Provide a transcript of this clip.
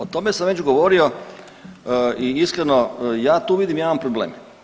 O tome sam već govorio i iskreno ja tu vidim jedan problem.